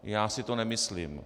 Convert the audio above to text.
Já si to nemyslím.